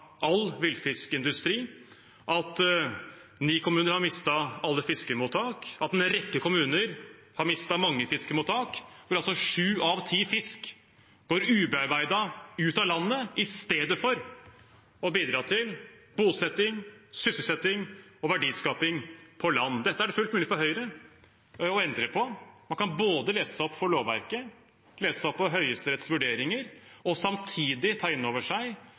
all villfiskindustri, at 9 kommuner har mistet alle fiskemottak, og at en rekke kommuner har mistet mange fiskemottak. Sju av ti fisk går ubearbeidet ut av landet i stedet for å være et bidrag til bosetting, sysselsetting og verdiskaping på land. Dette er det fullt mulig for Høyre å endre på. Man kan både lese seg opp på lovverket, lese seg opp på Høyesteretts vurderinger og samtidig grundig ta inn over seg